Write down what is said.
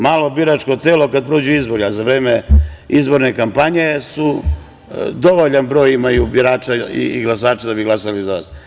Malo biračko telo kada prođu izbori, a za vreme izborne kampanje imaju dovoljan broj birača i glasača da bi glasali za vas.